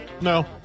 No